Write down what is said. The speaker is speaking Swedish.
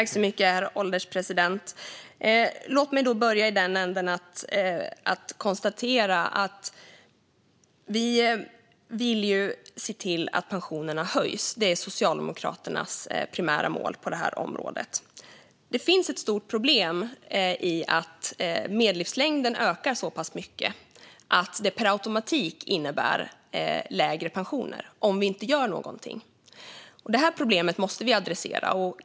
Herr ålderspresident! Låt mig börja med att konstatera att vi vill se till att pensionerna höjs. Det är Socialdemokraternas primära mål på detta område. Det finns ett stort problem i att medellivslängden ökar så pass mycket att det per automatik innebär lägre pensioner om vi inte gör någonting. Detta problem måste vi adressera.